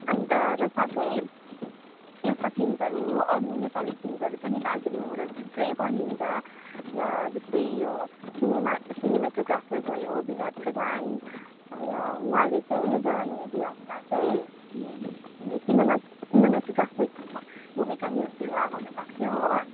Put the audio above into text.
अन्त र साथै यस्ता फिल्मसहरू अरू नेपाली फिल्मसहरू पनि दार्जिलिङबाट थुप्रै बनिन्छ र जस्तै यो सिनेमा सिनेमाटोग्राफर भयो बिनोद प्रधान र उहाँले चाहिँ यह जवानी है दिवानीमा चाहिँ सिनेमा सिनेमाटुग्राफरको भूमिका निर्वाह गर्नु भएको थियो हो